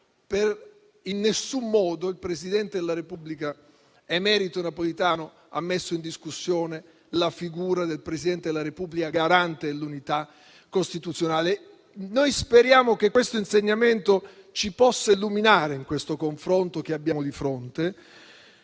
in nessun modo, il presidente della Repubblica emerito Napolitano ha messo in discussione la figura del Presidente della Repubblica come garante dell'unità costituzionale. Noi speriamo che questo insegnamento ci possa illuminare in questo confronto che abbiamo di fronte.